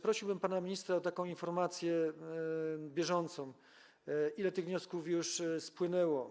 Prosiłbym pana ministra o taką informację bieżącą, ile tych wniosków już spłynęło.